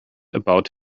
about